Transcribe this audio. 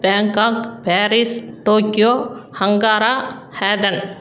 Bangkok Paris Tokyo ஹங்காரா ஹேதன்